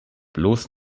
bloß